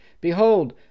Behold